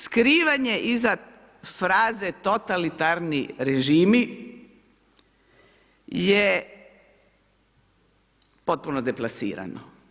Skrivanje iza fraze „totalitarni režimi“ je potpuno deplasirano.